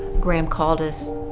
graham called us